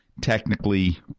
technically